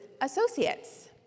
associates